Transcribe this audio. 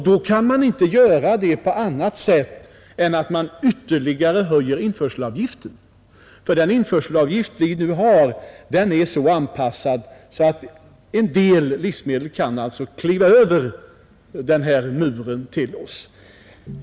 Det kan man inte göra på annat sätt än genom att ytterligare höja införselavgiften, ty den införselavgift vi nu har är så anpassad att en del livsmedel kan kliva över den här muren.